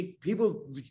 people